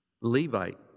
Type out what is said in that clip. Levite